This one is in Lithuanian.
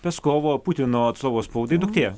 peskovo putino atstovo spaudai duktė